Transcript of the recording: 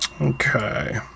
Okay